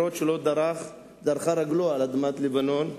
אף-על-פי שלא דרכה רגלו על אדמת לבנון,